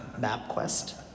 MapQuest